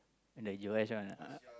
and the U_S one ah